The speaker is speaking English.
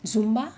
zumba